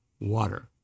Water